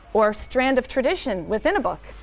or strand of tradition within a book,